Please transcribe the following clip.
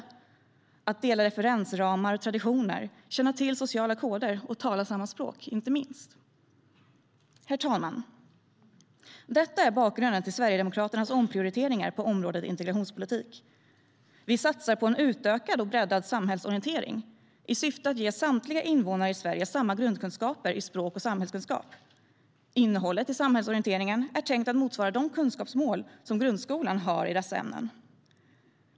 Det bygger på att dela referensramar och traditioner, känna till sociala koder och inte minst tala samma språk. Det är bakgrunden till Sverigedemokraternas omprioriteringar på området integrationspolitik. Vi satsar på utökad och breddad samhällsorientering i syfte att ge samtliga invånare i Sverige samma grundkunskaper i språk och samhällskunskap. Innehållet i samhällsorienteringen är tänkt att motsvara de kunskapsmål som grundskolan har i dessa ämnen.